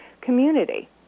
community